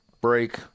break